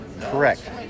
Correct